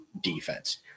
defense